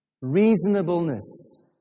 Reasonableness